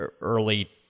early